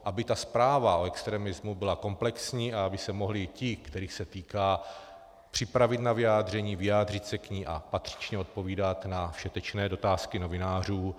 Aby ta zpráva o extremismu byla komplexní a aby se mohli ti, kterých se týká, připravit na vyjádření, vyjádřit se k ní a patřičně odpovídat na všetečné otázky novinářů.